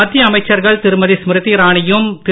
மத்திய அமைச்சர்கள் திருமதி ஸ்மிருதி இரானியும் திரு